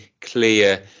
clear